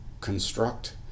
construct